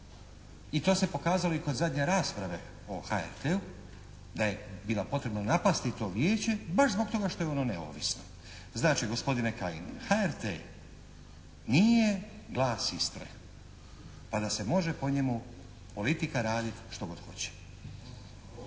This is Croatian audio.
I to se pokazalo i kod zadnje rasprave o HRT-u da je bilo potrebno napasti to Vijeće baš zbog toga što je ono neovisno. Znači gospodine Kajin HRT nije Glas Istre pa da se može po njemu politika raditi što god hoće.